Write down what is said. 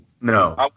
No